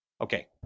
Okay